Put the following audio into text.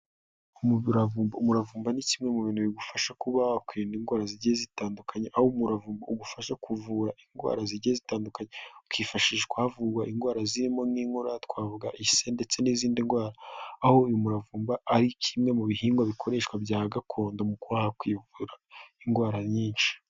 Umuravumba ni kimwe mu bintu bigufasha kuba wakwirinda indwara zigiye zitandukanye, aho umuravumba ugufasha kuvura indwara zigiye zitandukanye, ukifashishwa havurwa indwara zirimo nk'inkorora, twavuga ise, ndetse n'izindi ndwara, aho uyu muravumba ari kimwe mu bihingwa bikoreshwa bya gakondo mu kuvura indwara nyinshi.